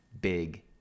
big